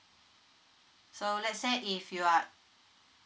so let's say if you are